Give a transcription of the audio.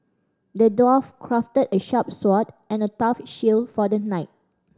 the dwarf crafted a sharp sword and a tough shield for the knight